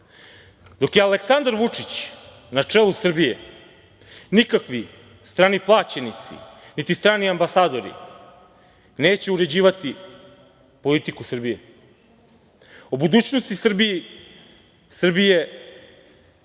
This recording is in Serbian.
Dok je Aleksandar Vučić na čelu Srbije, nikakvi strani plaćenici, niti strani ambasadori neće uređivati politiku Srbije. O budućnosti Srbije